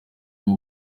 wowe